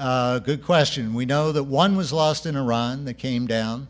so good question we know that one was lost in iran they came down